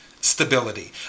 stability